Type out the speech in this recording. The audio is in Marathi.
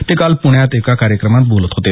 ते काल प्रण्यात एका कार्यक्रमात बोलत होते